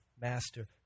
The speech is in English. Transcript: master